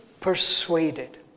persuaded